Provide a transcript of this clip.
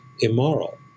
immoral